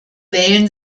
wählen